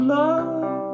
love